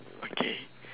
okay